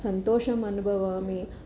सन्तोषम् अनुभवामि